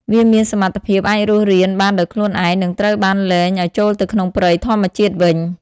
វាមានសមត្ថភាពអាចរស់រានបានដោយខ្លួនឯង និងត្រូវបានលែងឱ្យចូលទៅក្នុងព្រៃធម្មជាតិវិញ។